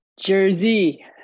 Jersey